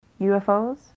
ufos